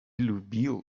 любил